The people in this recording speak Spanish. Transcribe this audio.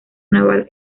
naval